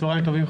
צוהריים טובים,